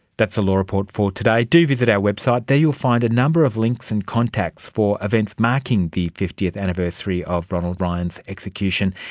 that's the law report for today. do visit our website, there you'll find a number of links and contacts for events marking the fiftieth anniversary of ronald ryan's execution,